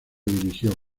dirigió